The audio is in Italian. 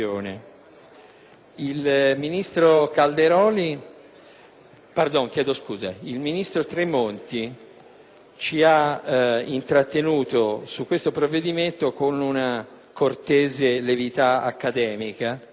Il ministro Tremonti ci ha intrattenuto sul provvedimento in esame con una cortese verità accademica e ci ha illustrato le virtù dei sistemi olistici